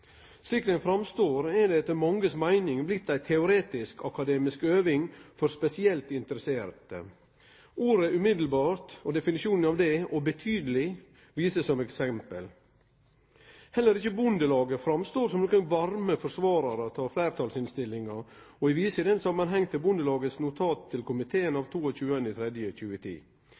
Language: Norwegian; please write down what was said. Slik det framstår, er det etter manges meining blitt ei teoretisk-akademisk øving for spesielt interesserte. Ordet «umiddelbart» og definisjonen av det og av «betydelig» vises som eksempel. Heller ikkje Bondelaget framstår som nokon varm forsvarar av fleirtalsinnstillinga, og vi viser i den samanhengen til Bondelagets notat til komiteen av 22. mars 2010.